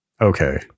Okay